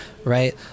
Right